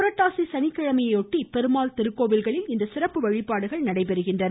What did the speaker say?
புரட்டாசி சனிக்கிழமையை ஒட்டி பெருமாள் திருக்கோவில்களில் இன்று சிறப்பு வழிபாடுகள் நடைபெறுகின்றன